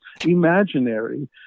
imaginary